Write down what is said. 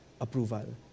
approval